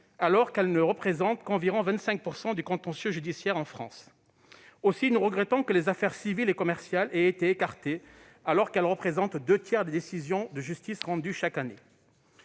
alors que celles-ci ne représentent qu'environ 25 % du contentieux judiciaire en France. Nous regrettons donc que les affaires civiles et commerciales aient été écartées, lesquelles correspondent pourtant aux deux tiers des décisions de justice rendues chaque année.